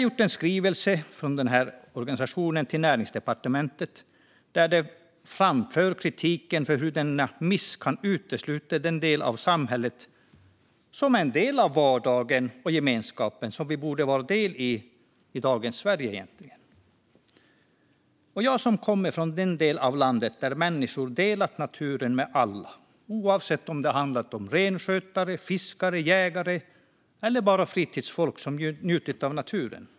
I en skrivelse från denna organisation till Näringsdepartementet framförs kritik mot hur man genom denna miss utesluter en del av samhället som är en del av vardagen och gemenskapen, så som vi borde vara i dagens Sverige. Jag kommer från en del av landet där människor har delat naturen med alla, oavsett om det har handlat om renskötare, fiskare, jägare eller bara fritidsfolk som njutit av naturen.